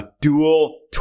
dual